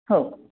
हो